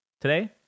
today